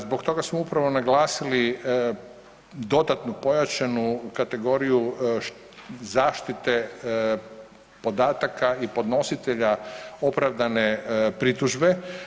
Zbog toga smo upravo naglasili dodatnu pojačanu kategoriju zaštite podataka i podnositelja opravdane pritužbe.